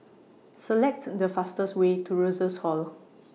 Select The fastest Way to Rosas Hall